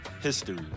history